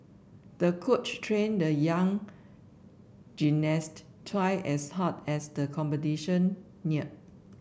the coach trained the young gymnast twice as hard as the competition neared